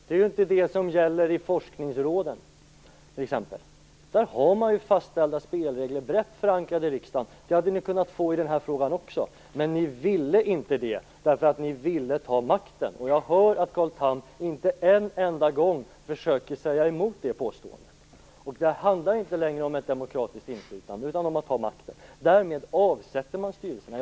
Så är det inte i t.ex. forskningsråden. Där har man fastställda spelregler, brett förankrade i riksdagen. Det hade ni kunnat få i den här frågan också, men ni ville inte det därför att ni ville ta makten. Jag hör att Carl Tham inte en enda gång försöker säga emot det påståendet. Det handlar inte längre om ett demokratiskt inflytande utan om att ha makten. Därmed avsätter man styrelserna.